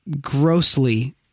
grossly